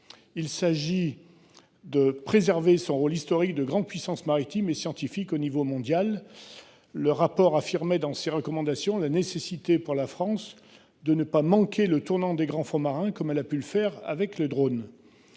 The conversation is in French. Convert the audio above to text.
il s'agit de préserver son rôle historique de grande puissance maritime et scientifique au niveau mondial. Le rapport pointe la nécessité pour la France de ne pas manquer le tournant des grands fonds marins, comme elle a pu le faire avec les drones.